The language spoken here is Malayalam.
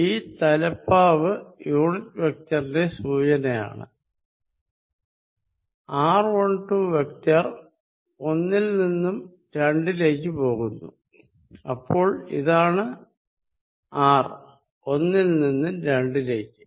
ഈ തലപ്പാവ് യൂണിറ്റ് വെക്ടറിന്റെ സൂചനയാണ് r12 വെക്ടർ 1 ൽ നിന്നും 2 ലേക്ക് പോകുന്നു അപ്പോൾ ഇതാണ് r 1 ൽ നിന്നും 2 ലേക്ക്